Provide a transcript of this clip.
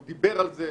הוא דיבר על זה.